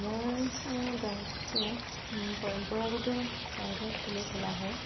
আমাৰ গাঁৱতো পৰম্পৰাগত প্ৰায়ভাগ খেলেই খেলা হয়